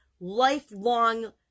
lifelong